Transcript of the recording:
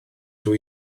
dydw